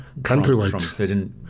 Countrywide